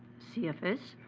cfs,